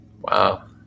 Wow